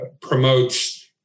promotes